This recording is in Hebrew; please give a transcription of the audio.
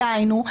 דהיינו,